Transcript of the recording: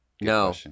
No